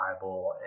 Bible